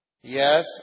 Yes